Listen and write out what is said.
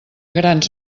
grans